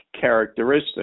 characteristic